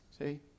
See